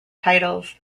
titles